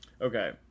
Okay